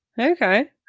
Okay